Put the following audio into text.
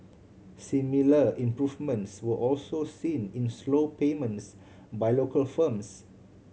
similar improvements were also seen in slow payments by local firms